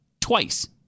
twice